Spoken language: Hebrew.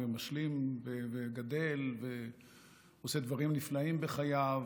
ומשלים וגדל ועושה דברים נפלאים בחייו.